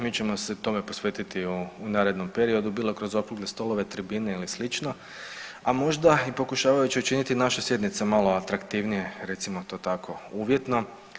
Mi ćemo se tome posvetiti u narednom periodu bilo kroz okrugle stolove, tribine ili slično, a možda i pokušavajući naše sjednice malo atraktivnije recimo to tako uvjetno.